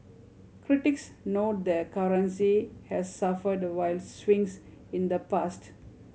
critics note the currency has suffered wild swings in the past